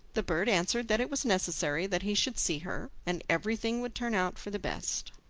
the bird answered that it was necessary that he should see her, and everything would turn out for the best.